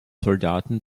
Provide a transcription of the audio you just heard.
soldaten